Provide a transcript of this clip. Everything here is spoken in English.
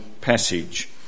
passage